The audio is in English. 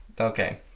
Okay